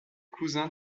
cousins